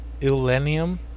Illenium